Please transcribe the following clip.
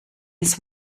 his